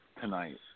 tonight